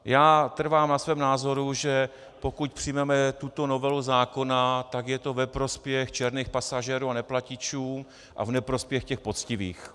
Já trvám na svém názoru, že pokud přijmeme tuto novelu zákona, tak je to ve prospěch černých pasažérů a neplatičů a v neprospěch těch poctivých.